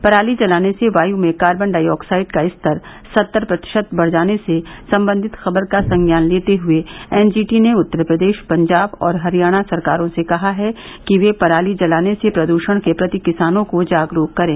पराली जलाने से वायु में कार्बन डाइऑक्साइड का स्तर सत्तर प्रतिशत बढ़ जाने से संबंधित खबर का संज्ञान लेते हुए एन जी टी ने उत्तर प्रदेश पंजाब और हरियाणा सरकारों से कहा है कि ये पराली जलाने से प्रदूषण के प्रति किसानों को जागरूक करें